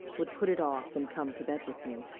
would put it off and come to bed with me.